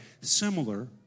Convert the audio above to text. similar